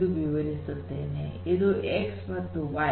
ಇದು X ಮತ್ತು ಇದು Y